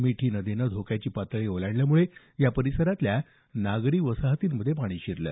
मिठी नदीनं धोक्याची पातळी ओलांडल्यामुळे या परिसरातल्या नागरी वसाहतींमध्ये पाणी शिरलं